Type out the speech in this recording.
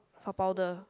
for powder